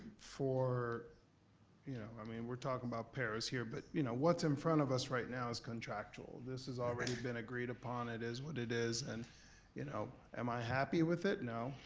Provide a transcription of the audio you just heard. you know i mean we're talking about paras here but you know what's in front of us right now is contractual. this has already been agreed upon, it is what it is. and you know am i happy with it, no,